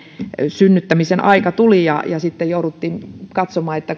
synnyttämisen aika tuli ja sitten jouduttiin katsomaan